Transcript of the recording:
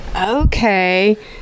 Okay